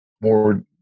more